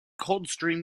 coldstream